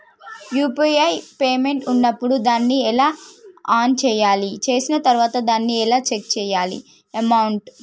UPI payment ఉన్నప్పుడు దాన్ని ఎలా ఆన్ చేయాలి? చేసిన తర్వాత దాన్ని ఎలా చెక్ చేయాలి అమౌంట్?